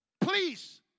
Please